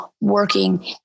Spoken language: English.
working